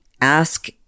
ask